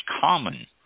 common